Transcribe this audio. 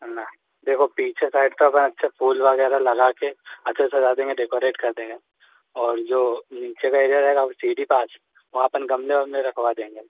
है ना देखो पीछे साइड तो अपन अच्छे फूल वग़ैरह लगाकर अच्छा सजा देंगे डेकोरेट कर देंगे और जो नीचे का एरिया रहेगा वह सीढ़ी पास वहाँ अपन गमले वमले रखवा देंगे